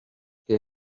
que